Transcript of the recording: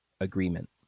agreement